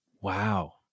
Wow